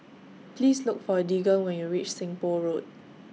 Please Look For Deegan when YOU REACH Seng Poh Road